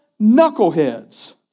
knuckleheads